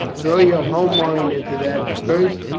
throw your whole mind into that at first,